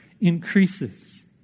increases